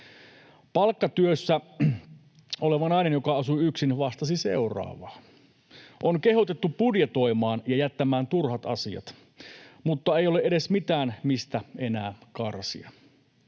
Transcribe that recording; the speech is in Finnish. Palkkatyössä oleva nainen, joka asuu yksin, vastasi seuraavaa: ”On kehotettu budjetoimaan ja jättämään turhat asiat. Mutta ei ole edes mitään, mistä enää karsia.”